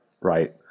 right